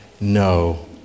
no